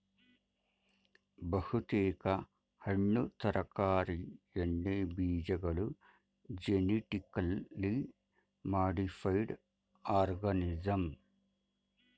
ಬಹುತೇಕ ಹಣ್ಣು ತರಕಾರಿ ಎಣ್ಣೆಬೀಜಗಳು ಜೆನಿಟಿಕಲಿ ಮಾಡಿಫೈಡ್ ಆರ್ಗನಿಸಂ